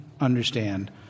understand